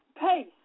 pace